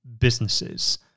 businesses